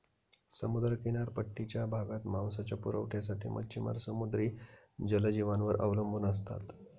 समुद्र किनारपट्टीच्या भागात मांसाच्या पुरवठ्यासाठी मच्छिमार समुद्री जलजीवांवर अवलंबून असतात